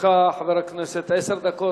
חבר הכנסת, לרשותך עשר דקות.